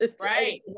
right